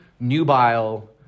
nubile